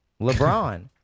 LeBron